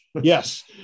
Yes